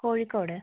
Kozhikode